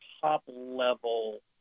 top-level